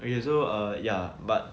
okay so ya but